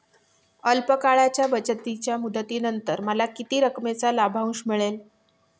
अल्प काळाच्या बचतीच्या मुदतीनंतर मला किती रकमेचा लाभांश मिळेल?